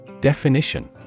Definition